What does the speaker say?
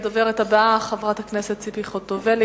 הדוברת הבאה, חברת הכנסת ציפי חוטובלי,